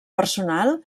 personal